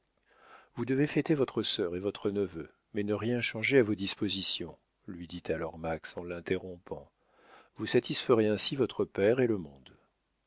vous devez fêter votre sœur et votre neveu mais ne rien changer à vos dispositions lui dit alors max en l'interrompant vous satisferez ainsi votre père et le monde